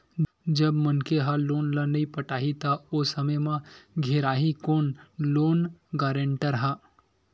जब मनखे ह लोन ल नइ पटाही त ओ समे म घेराही कोन लोन गारेंटर ह